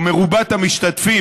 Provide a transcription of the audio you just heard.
או מרובת המשתתפים,